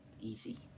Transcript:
easy